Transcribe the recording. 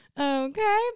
okay